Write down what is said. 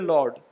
Lord